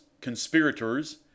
conspirators